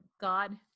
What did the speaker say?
God